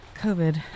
COVID